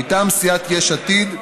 מטעם סיעת יש עתיד,